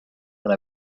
that